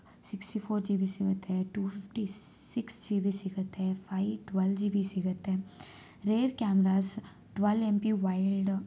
sixty four G B ಸಿಗುತ್ತೆ two fifty six G B ಸಿಗುತ್ತೆ five twelve G B ಸಿಗುತ್ತೆ rare cameras twelve M P wide